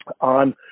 on